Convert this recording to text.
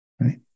Right